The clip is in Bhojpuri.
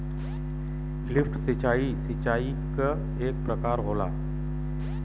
लिफ्ट सिंचाई, सिंचाई क एक प्रकार होला